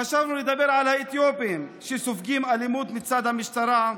חשבנו לדבר על האתיופים שסופגים אלימות מצד המשטרה.